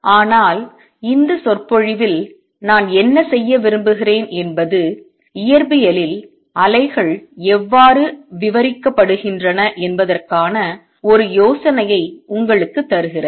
ஆனால் இந்த சொற்பொழிவில் நான் என்ன செய்ய விரும்புகிறேன் என்பது இயற்பியலில் அலைகள் எவ்வாறு விவரிக்கப்படுகின்றன என்பதற்கான ஒரு யோசனையை உங்களுக்குத் தருகிறது